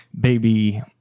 baby